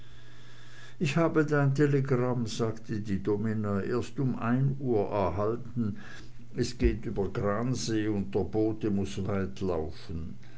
ich habe dein telegramm sagte die domina erst um ein uhr erhalten es geht über gransee und der bote muß weit laufen